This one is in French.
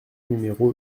numéro